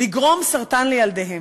לגרום סרטן לילדיהם.